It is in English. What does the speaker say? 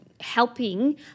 helping